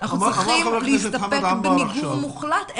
אנחנו צריכים להסתפק במיגור מוחלט.